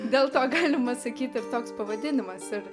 dėl to galima sakyt ir toks pavadinimas ir